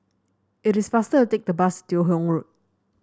it is faster to take the bus Teo Hong Road